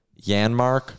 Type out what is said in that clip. Yanmark